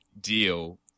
deal